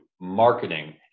marketing